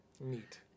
Neat